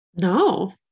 No